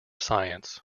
science